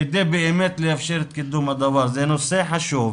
כדי באמת לאפשר את קידום הדבר, זה נושא חשוב.